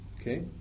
Okay